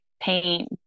paint